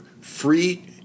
free